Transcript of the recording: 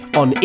on